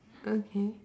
okay